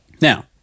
Now